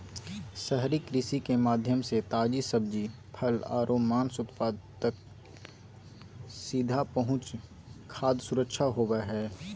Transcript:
शहरी कृषि के माध्यम से ताजी सब्जि, फल आरो मांस उत्पाद तक सीधा पहुंच खाद्य सुरक्षा होव हई